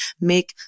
make